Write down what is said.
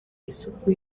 isuku